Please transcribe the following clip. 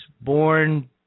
born